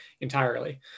entirely